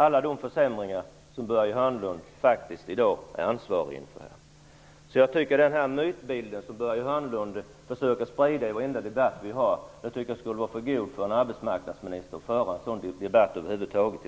Allt detta är försämringar som Börje Hörnlund faktiskt är ansvarig för. Börje Hörnlund försöker sprida den här mytbilden i varenda debatt som förs. Jag tycker att en arbetsmarknadsminister skulle hålla sig för god för att föra en sådan debatt över huvud taget.